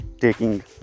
taking